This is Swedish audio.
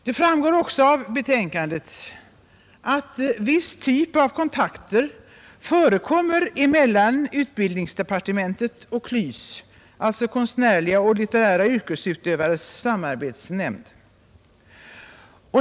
Det framgår också av betänkandet att en viss typ av kontakter förekommer mellan utbildningsdepartementet och KLYS, alltså Konstnärliga och litterära yrkesutövares samarbetsnämnd.